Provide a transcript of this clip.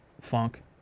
funk